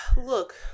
Look